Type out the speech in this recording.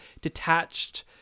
detached